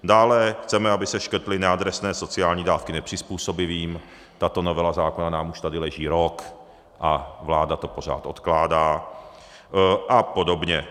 Dále chceme, aby se škrtly neadresné sociální dávky nepřizpůsobivým tato novela zákona nám už tady leží rok a vláda to pořád odkládá apod.